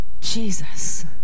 Jesus